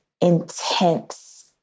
intense